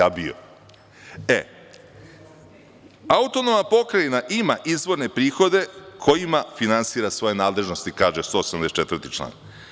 Autonomna pokrajina ima izvorne prihode kojima finansira svoje nadležnosti, kaže 184. član.